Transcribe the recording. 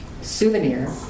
souvenir